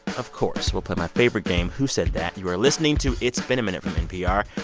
of course, we'll play my favorite game, who said that. you are listening to it's been a minute from npr.